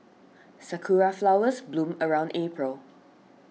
sakura flowers bloom around April